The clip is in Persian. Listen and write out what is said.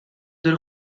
داره